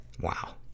Wow